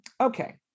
Okay